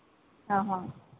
ଓ ହୋ